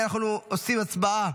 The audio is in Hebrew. אם כן אנחנו עושים הצבעה